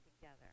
together